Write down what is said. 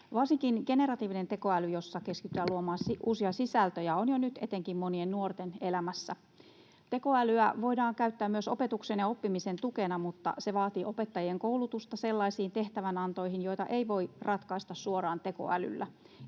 Varsinkin generatiivinen tekoäly, jossa keskitytään luomaan uusia sisältöjä, on jo nyt etenkin monien nuorten elämässä. Tekoälyä voidaan käyttää myös opetuksen ja oppimisen tukena, mutta se vaatii opettajien koulutusta sellaisiin tehtävänantoihin, joita ei voi ratkaista suoraan tekoälyllä.